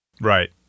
Right